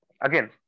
again